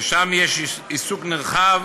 ושם יש עיסוק נרחב